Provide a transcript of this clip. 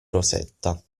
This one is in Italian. rosetta